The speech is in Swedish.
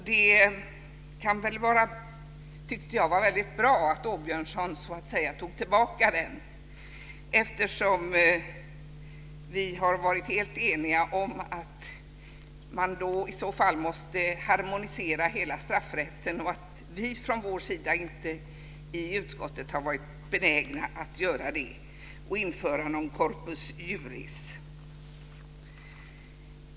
Jag tyckte att det var väldigt bra att Rolf Åbjörnsson så att säga tog tillbaka reservationen. Vi har varit helt eniga om att man i så fall måste harmonisera hela straffrätten. Vi har från utskottets sida inte varit benägna att göra det och införa någon Corpus Juris.